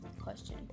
question